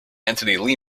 anthony